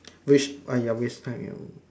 wish ya waste time you know